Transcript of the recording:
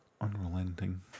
unrelenting